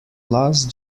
last